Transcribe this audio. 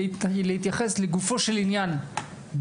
אני מתחבר פה למה שחבר כנסת דוידסון כבר מאז שנבחר לפה מתעקש